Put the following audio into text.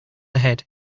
ahead